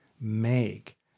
make